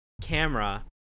camera